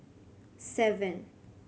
seven